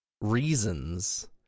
reasons